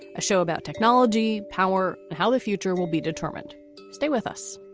a show about technology power, how the future will be determined stay with us